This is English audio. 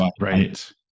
Right